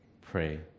pray